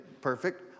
perfect